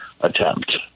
attempt